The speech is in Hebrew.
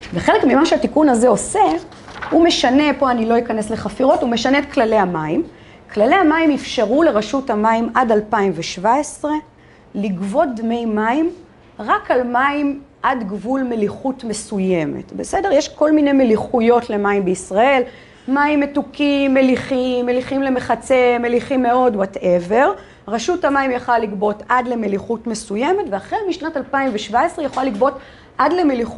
וחלק ממה שהתיקון הזה עושה, הוא משנה, פה אני לא אכנס לחפירות, הוא משנה את כללי המים. כללי המים אפשרו לרשות המים עד 2017 לגבות דמי מים רק על מים עד גבול מליחות מסוימת, בסדר? יש כל מיני מליחויות למים בישראל, מים מתוקים, מליחים, מליחים למחצה, מליחים מאוד, וואטאבר. רשות המים יכולה לגבות עד למליחות מסוימת, ואחרי משנת 2017 יכולה לגבות עד למליחות.